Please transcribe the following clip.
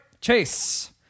Chase